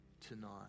tonight